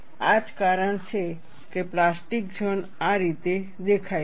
આ જ કારણ છે કે પ્લાસ્ટિક ઝોન આ રીતે દેખાય છે